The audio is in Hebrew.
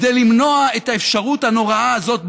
כדי למנוע את האפשרות הנוראה הזאת,